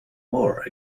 more